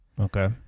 Okay